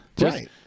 Right